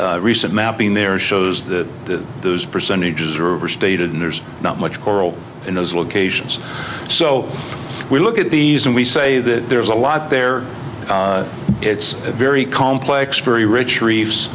d recent mapping there shows that those percentages are overstated and there's not much coral in those locations so we look at these and we say that there's a lot there it's a very complex very rich reefs